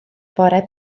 bore